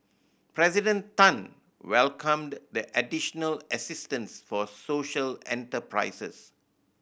President Tan welcomed the additional assistance for social enterprises